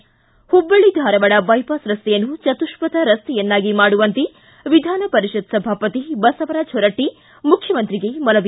ಿ ಹುಬ್ಬಳ್ಳಿ ಧಾರವಾಡ ದೈಪಾಸ್ ರಸ್ತೆಯನ್ನು ಚತುಪ್ಪತ ರಸ್ತೆಯನ್ನಾಗಿ ಮಾಡುವಂತೆ ವಿಧಾನಪರಿಷತ್ ಸಭಾಪತಿ ಬಸವರಾಜ್ ಹೊರಟ್ಟ ಮುಖ್ಗಮಂತ್ರಿಗೆ ಮನವಿ